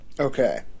Okay